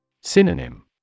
Synonym